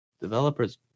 Developers